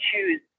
choose